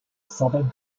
southern